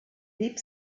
blieb